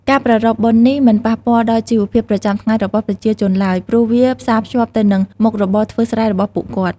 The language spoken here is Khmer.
ការប្រារព្ធបុណ្យនេះមិនប៉ះពាល់ដល់ជីវភាពប្រចាំថ្ងៃរបស់ប្រជាជនឡើយ ព្រោះវាផ្សារភ្ជាប់ទៅនឹងមុខរបរធ្វើស្រែរបស់ពួកគាត់។